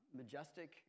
majestic